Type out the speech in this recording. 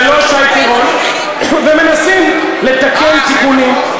ולא שי פירון ומנסים לתקן תיקונים.